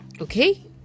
Okay